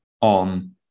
on